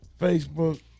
Facebook